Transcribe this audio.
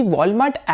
Walmart